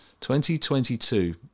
2022